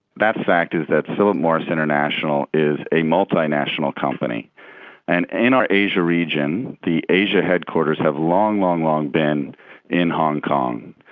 that fact is that philip morris international is a multinational company and in our asia region, the asia headquarters have long, long, long been in hong kong.